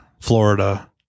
florida